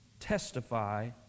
testify